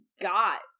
got